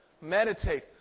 Meditate